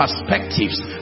perspectives